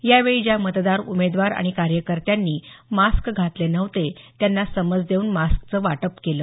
यावेळी ज्या मतदारउमेदवार आणि कार्यकर्त्यांनी मास्क घातले नव्हेत त्यांना समज देऊन मास्कचं वाटप केले